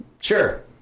Sure